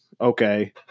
okay